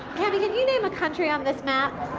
yeah but can you name a country on this map?